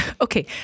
Okay